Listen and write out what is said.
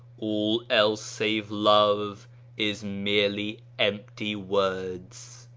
all else save love is merely empty words.